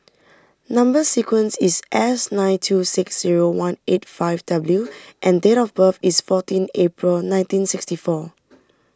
Number Sequence is S nine two six zero one eight five W and date of birth is fourteen April nineteen sixty four